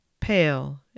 pale